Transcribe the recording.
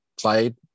played